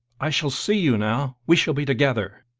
i shall see you now we shall be together,